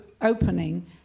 opening